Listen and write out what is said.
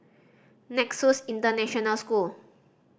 Nexus International School